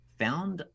found